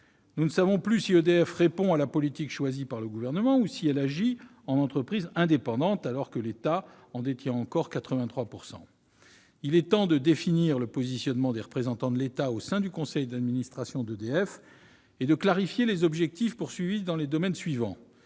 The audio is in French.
Nous ne savons plus si EDF répond à la politique choisie par le Gouvernement ou si elle agit en entreprise indépendante, alors que l'État en détient encore 83 %. Il est temps de définir le positionnement des représentants de l'État au sein du conseil d'administration d'EDF et de clarifier les buts visés dans les domaines suivants